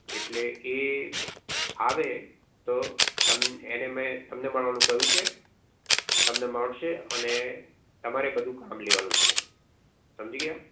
એટલે એ આવે તો તમ એને મેં તમને મળવાનું કહ્યું છે તમને મળશે અને તમારે બધું કામ લેવાનું છે સમજી ગયા